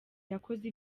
yakoze